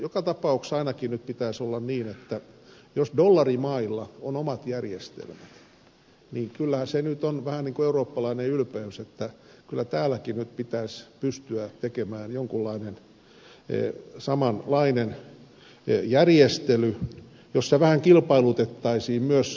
joka tapauksessa ainakin pitäisi nyt olla niin että jos dollarimailla on omat järjestelmät niin kyllähän se on nyt vähän niin kuin eurooppalainen ylpeys että kyllä täälläkin pitäisi pystyä tekemään jonkunlainen samanlainen järjestely jossa vähän kilpailutettaisiin myös